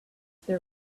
there